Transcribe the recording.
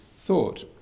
thought